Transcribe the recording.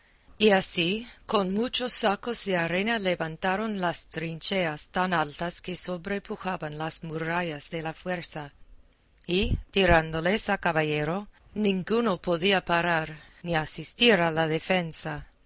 y así con muchos sacos de arena levantaron las trincheas tan altas que sobrepujaban las murallas de la fuerza y tirándoles a caballero ninguno podía parar ni asistir a la defensa